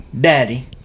Daddy